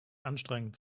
anstrengend